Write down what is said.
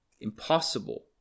impossible